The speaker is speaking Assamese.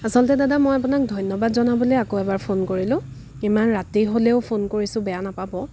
আচলতে দাদা মই আপোনাক ধন্যবাদ জনাবলৈ আকৌ এবাৰ ফোন কৰিলোঁ ইমান ৰাতি হ'লেও ফোন কৰিছোঁ বেয়া নাপাব